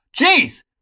Jeez